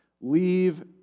Leave